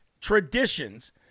traditions